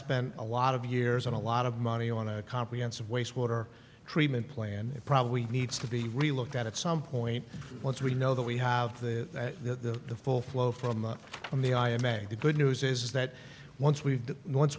spent a lot of years and a lot of money on a comprehensive wastewater treatment plan probably needs to be relooked at some point once we know that we have the the the full flow from from the i m f the good news is that once we once